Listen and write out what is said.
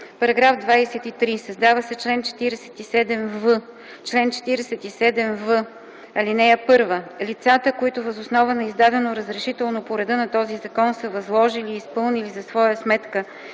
„§ 23. Създава се чл. 47в: „Чл. 47в. (1) Лицата, които въз основа на издадено разрешително по реда на този закон са възложили и изпълнили за своя сметка